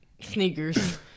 sneakers